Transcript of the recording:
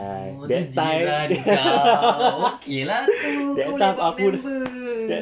oh dia jiran kau okay lah tu kau boleh buat member